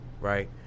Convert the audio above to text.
right